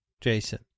Jason